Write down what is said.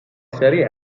serie